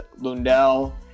Lundell